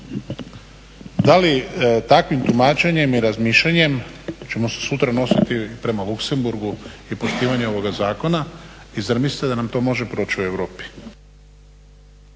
Da li takvim tumačenjem i razmišljanjem ćemo se sutra odnositi prema Luxemburgu i poštivanje ovoga zakona i zar mislite da nam to može proći u Europi?